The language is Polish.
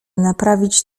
naprawić